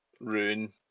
ruin